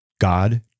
God